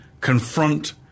confront